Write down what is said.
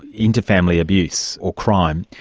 interfamily abuse or crime.